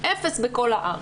אפס בכל הארץ.